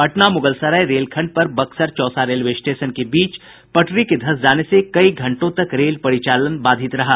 पटना मुगलसराय रेलखंड पर Buxar Chausa railway station के बीच पटरी के धंस जाने से कई घंटों तक रेल परिचालन बाधित रहा